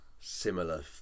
similar